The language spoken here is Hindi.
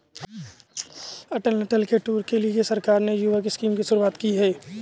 अटल टनल के टूर के लिए सरकार ने युवक स्कीम की शुरुआत की है